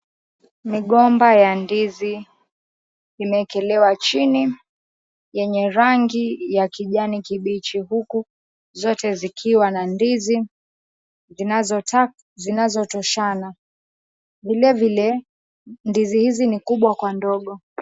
Migomba ya ndizi imewekelewa chini yenye rangi ya kijani kibichi huku zote zikiwa na ndizi zinazotoshana. Vile vile ndizi hizi ni kubwa kwa ndogo.